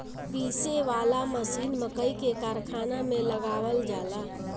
पीसे वाला मशीन मकई के कारखाना में लगावल जाला